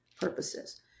purposes